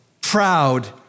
proud